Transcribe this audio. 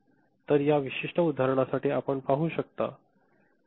तर या विशिष्ट उदाहरणासाठी आपण पाहू शकता